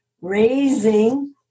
raising